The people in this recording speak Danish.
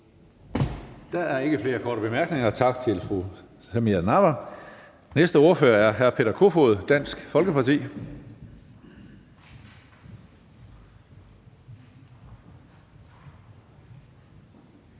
Der er ikke flere korte bemærkninger. Tak til fru Samira Nawa. Næste ordfører er hr. Peter Kofod fra Dansk Folkeparti. Kl.